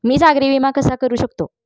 मी सागरी विमा कसा करू शकतो?